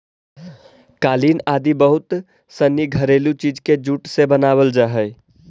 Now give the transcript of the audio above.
कालीन आदि बहुत सनी घरेलू चीज के जूट से बनावल जा हइ